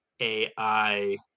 AI